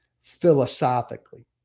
philosophically